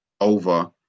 over